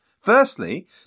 Firstly